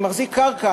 אני מחזיק קרקע,